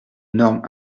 normes